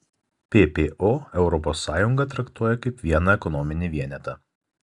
ppo europos sąjungą traktuoja kaip vieną ekonominį vienetą